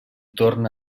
torna